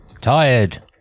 Tired